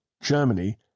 Germany